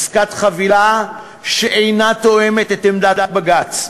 עסקת חבילה שאינה תואמת את עמדת בג"ץ.